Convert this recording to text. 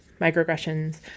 microaggressions